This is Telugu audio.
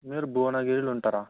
మీరు భువనగిరిలొ ఉంటరా